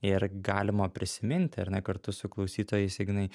ir galima prisiminti ar ne kartu su klausytojais ignai